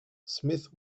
smith